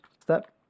step